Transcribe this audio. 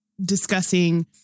discussing